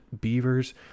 Beavers